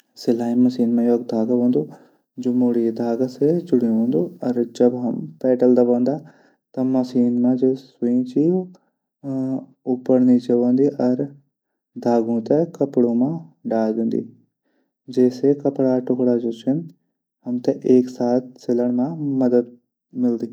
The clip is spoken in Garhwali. सिलाई मसीन मा एक धागा हूंदू। जू मुडी धागा से जुंड्यू हूंदू। जब. हम पैडल दबांदा। तब मसीन मा सुई ऊपर नीचे हूंदू। अर धागो थै कपडों मा डाल दिंदा। जैसे कपडा टुकडा मिलाण मा मदद मिलदी।